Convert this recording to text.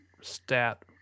stat